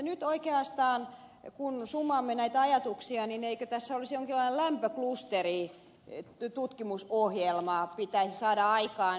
nyt oikeastaan kun summaamme näitä ajatuksia eikö tässä jonkinlainen lämpöklusteritutkimusohjelma pitäisi saada aikaan